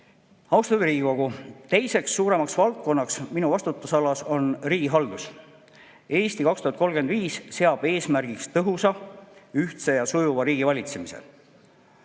Austatud Riigikogu! Teine suurem valdkond minu vastutusalas on riigihaldus. "Eesti 2035" seab eesmärgiks tõhusa, ühtse ja sujuva riigivalitsemise.